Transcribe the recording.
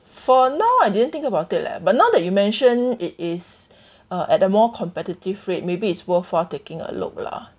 for now I didn't think about it leh but now that you mention it is uh at a more competitive rate maybe it's worthwhile taking a look lah